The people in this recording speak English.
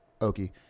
Okie